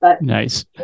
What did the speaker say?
nice